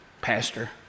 pastor